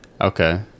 Okay